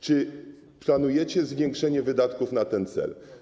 Czy planujecie zwiększenie wydatków na ten cel?